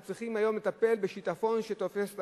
אנחנו צריכים היום לטפל בשיטפון שתופס את